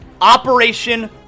Operation